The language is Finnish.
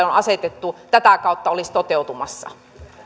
on asetettu tätä kautta olisi toteutumassa